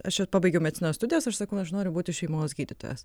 aš čia pabaigiau medicinos studijas aš sakau aš noriu būti šeimos gydytojas